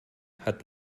hat